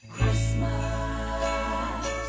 Christmas